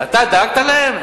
אתה דאגת להם?